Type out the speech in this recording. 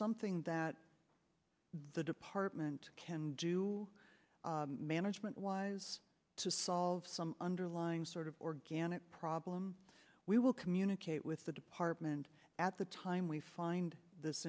something that the department can do management wise to solve some underlying sort of organic problem we will communicate with the department at the time we find this